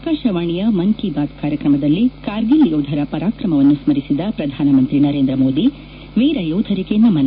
ಆಕಾಶವಾಣಿಯ ಮನ್ ಕಿ ಬಾತ್ ಕಾರ್ಯಕ್ರಮದಲ್ಲಿ ಕಾರ್ಗಿಲ್ ಯೋಧರ ಪರಾಕ್ರಮವನ್ನು ಸ್ಕರಿಸಿದ ಪ್ರಧಾನಮಂತಿ ನರೇಂದ ಮೋದಿ ವೀರ ಯೋಧರಿಗೆ ನಮನ